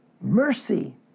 Mercy